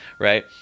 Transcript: right